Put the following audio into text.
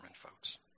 folks